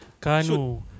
Kanu